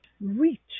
reach